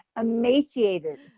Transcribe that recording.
emaciated